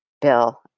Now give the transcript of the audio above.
bill